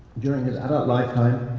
during his adult lifetime,